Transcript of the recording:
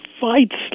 fights